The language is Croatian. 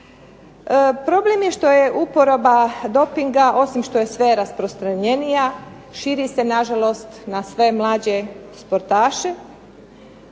Problem je što je uporaba dopinga osim što je sve rasprostranjenija, širi se na žalost na sve mlađe sportaše,